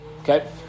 Okay